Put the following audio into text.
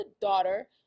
daughter